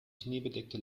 schneebedeckte